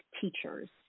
teachers